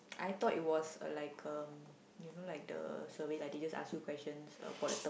I thought it was like um you know like the survey like they just ask you questions uh follow tep~